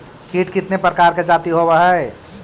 कीट कीतने प्रकार के जाती होबहय?